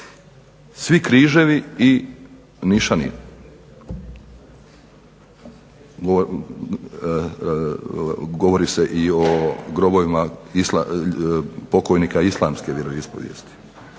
svi križevi i nišani, govori se i o grobovima pokojnika islamske vjeroispovijesti.